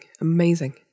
Amazing